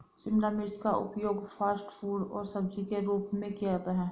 शिमला मिर्च का उपयोग फ़ास्ट फ़ूड और सब्जी के रूप में किया जाता है